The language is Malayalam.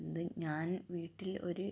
ഇത് ഞാൻ വീട്ടിൽ ഒരു